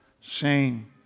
Shame